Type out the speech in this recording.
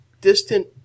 distant